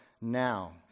now